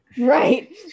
right